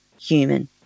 human